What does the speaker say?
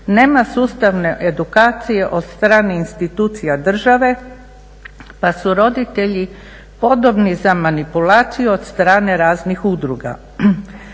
nema sustavne edukacije od stranih institucija države, pa su roditelji podobni za manipulaciju od strane raznih udruga.